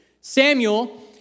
Samuel